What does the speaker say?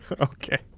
Okay